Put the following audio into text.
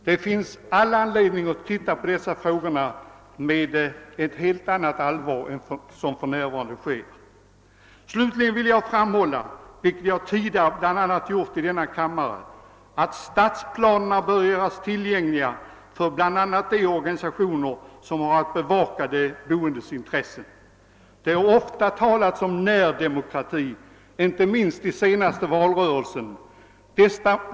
Det finns all anledning att se på dessa frågor med ett helt annat allvar än för närvarande. Slutligen vill jag framhålla, vilket jag tidigare bl.a. har gjort i denna kammare, att stadsplanerna bör göras tillgängliga även för de organisationer som har att bevaka de boendes intressen. Det har ofta talats om »närdemokratin«, inte minst i den senaste valrörelsen.